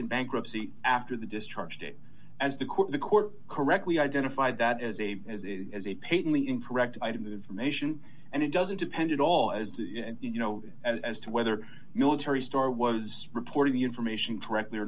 in bankruptcy after the discharge date as the court the court correctly identified that as a as a as a peyton we interact item of information and it doesn't depend at all as you know as to whether military star was reporting the information correctly or